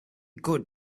good